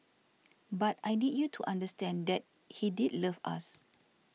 but I need you to understand that he did love us